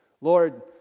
Lord